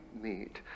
meet